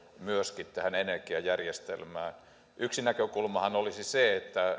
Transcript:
tähän energiajärjestelmään yksi näkökulmahan olisi se